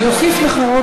אני אוסיף לך.